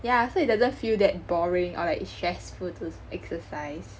yeah so it doesn't feel that boring or like stressful to exercise